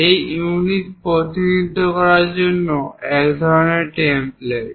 এটি ইউনিট প্রতিনিধিত্ব করার জন্য এক ধরনের টেমপ্লেট